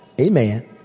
amen